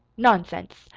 nonsense!